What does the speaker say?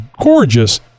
gorgeous